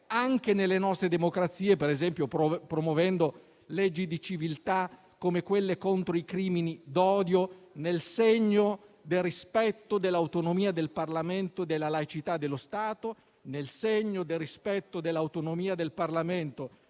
anche nelle nostre democrazie, per esempio, promuovendo leggi di civiltà come quelle contro i crimini d'odio, nel segno del rispetto dell'autonomia del Parlamento e della laicità dello Stato (e ha fatto bene a sottolinearlo).